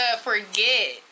forget